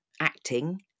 acting